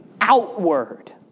outward